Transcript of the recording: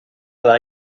alla